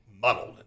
muddled